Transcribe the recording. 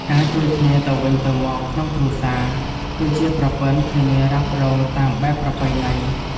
ការជួយគ្នាទៅវិញទៅមកក្នុងគ្រួសារ គឺជាប្រព័ន្ធធានារ៉ាប់រងតាមបែបប្រពៃណី។